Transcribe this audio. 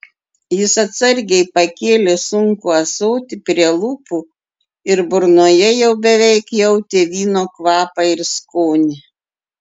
jis atsargiai pakėlė sunkų ąsotį prie lūpų ir burnoje jau beveik jautė vyno kvapą ir skonį